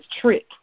trick